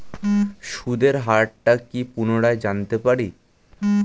সুদের হার টা কি পুনরায় জানতে পারি?